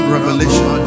Revelation